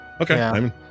okay